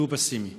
שהוא פסימי.